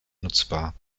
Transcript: nutzbar